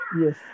Yes